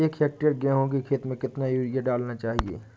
एक हेक्टेयर गेहूँ की खेत में कितनी यूरिया डालनी चाहिए?